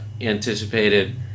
anticipated